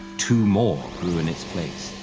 two more grew in its place.